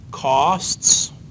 Costs